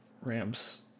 rams